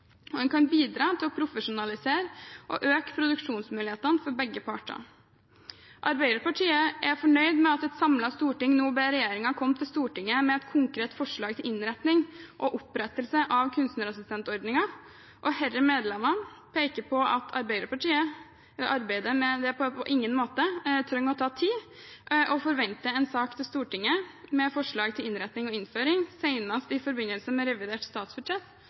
og nyutdannede kunstnere, og det kan bidra til å profesjonalisere og øke produksjonsmulighetene for begge parter. Arbeiderpartiet er fornøyd med at et samlet storting nå ber regjeringen komme til Stortinget med et konkret forslag til innretning og opprettelse av kunstnerassistentordningen, og disse medlemmene peker på at arbeidet med det på ingen måte trenger å ta tid og forventer en sak til Stortinget med forslag til innretting og innføring senest i forbindelse med revidert statsbudsjett